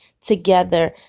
together